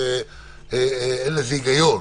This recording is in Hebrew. אין בזה היגיון.